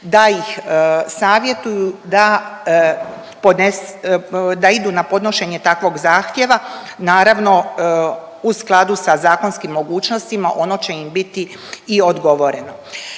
da ih savjetuju da podne…, da idu na podnošenje takvog zahtjeva, naravno u skladu sa zakonskim mogućnostima ono će im biti i odgovoreno.